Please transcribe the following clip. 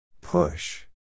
Push